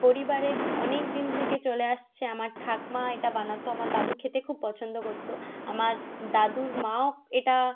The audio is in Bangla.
পরিবারে অনেক দিন থেকে চলে আসছে আমার ঠাকুমা এটা বানাত আমার দাদু খেতে খুব পছন্দ করত আমার দাদুর মাও এটা